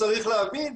צריך להבין,